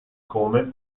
come